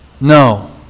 No